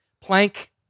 plank